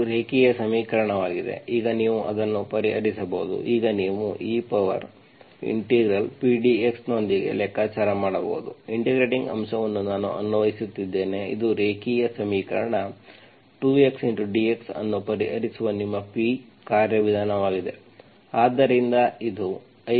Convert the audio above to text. ಇದು ರೇಖೀಯ ಸಮೀಕರಣವಾಗಿದೆ ಈಗ ನೀವು ಅದನ್ನು ಪರಿಹರಿಸಬಹುದು ಈಗ ನೀವು eP dx ನೊಂದಿಗೆ ಲೆಕ್ಕಾಚಾರ ಮಾಡಬಹುದಾದ ಇಂಟಿಗ್ರೇಟಿಂಗ್ ಅಂಶವನ್ನು ನಾನು ಅನ್ವಯಿಸುತ್ತಿದ್ದೇನೆ ಇದು ರೇಖೀಯ ಸಮೀಕರಣ 2x dx ಅನ್ನು ಪರಿಹರಿಸುವ ನಿಮ್ಮ P ಕಾರ್ಯವಿಧಾನವಾಗಿದೆ